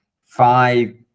five